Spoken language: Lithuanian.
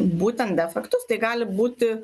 būtent defektus tai gali būti